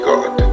God